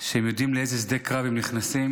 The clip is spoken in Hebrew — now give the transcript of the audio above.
שהם יודעים לאיזה שדה קרב הם נכנסים